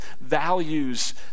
values